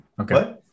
Okay